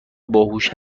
باهوش